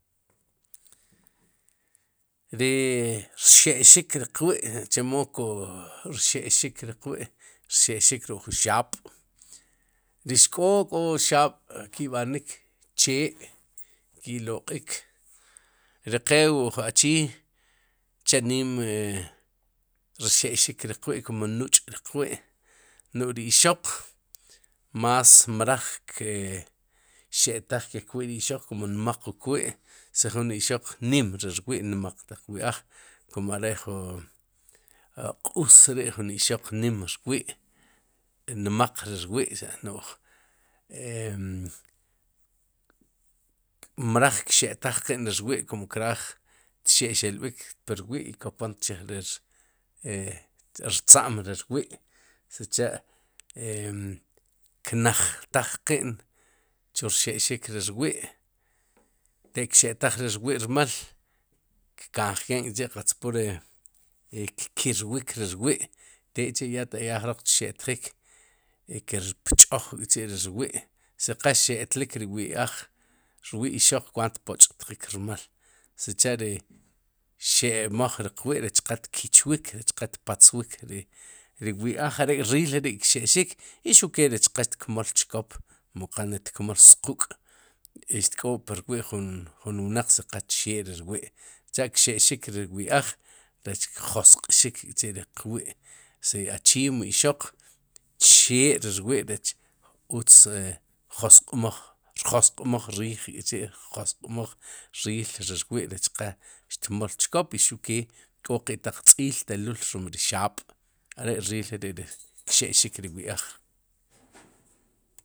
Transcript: Ri rxe'xik ri qwi' chemo rxe'xik riq wi' rxe'xik ruk'jun xaab' ri xk'o k'o xaab'ki'b'anik chee ki'loq'ik ri qe wu uj achii chanim e rxe'xik ri qwi'kum nuch'ri qwi' noj ri ixoj más mroj, ke xétaj ke kwi'ri ixoq kum nmaq ke kwi'si jun ixoq nim ri rwi'nmaq taq laj wi'aj kun are ju 'q'us ri'jun ixoq nim rwi' nmaq ri rwi'em mroj kxe'taj qin ri rwi'kum kraaj txe'xelb'ik pu rwi' kopom chij ri rtza'm ri rwi' sicha'em knajtaj qin chu rxe'xik ri rwi' te kxe'taj ri rwi'rmal kkanjkeen k'chi' qatz pur kkirwik ri rwi' tek'chi' ta ya taq ya jroq txe'tjik i kir pch'oj k'chi'ri rwi' si qa xe'tlik ri wi'aj rwi'ixo kwaant tpoch'tjik rmal sicha ri xe'maj ri rwi'rech qal tkich wiik, recha qa patzwik ri wi'aaj arek'riil ri'kxe'xik y xuq ke rech qal tkmool chkop mo qane xtkol squk' xtk'ob' purwi'jun jun wnaq si qal txee'rwi' sicha'kxe'xik ri wi'aj rech kjosq'xik k'chi'riq wi'si achii mu ixoq txee ri rwi'rech utz e josq'moj josq'moj riij k'chi'josq'moj riij ri rwi'rech qa xtmol chkop i xuq ke k'o qe taq tz'iil xtelul rom ri xaab'are'riil kri'kxe'xik ri wi'aj.